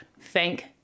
Thank